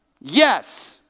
Yes